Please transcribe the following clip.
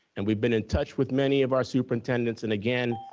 and we've been in touch with many of our superintendents and again,